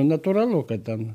natūralu kad ten